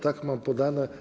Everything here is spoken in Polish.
Tak mam podane.